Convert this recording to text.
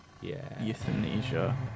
euthanasia